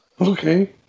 Okay